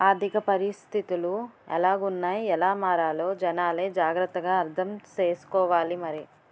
ఆర్థిక పరిస్థితులు ఎలాగున్నాయ్ ఎలా మారాలో జనాలే జాగ్రత్త గా అర్థం సేసుకోవాలి మరి